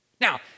Now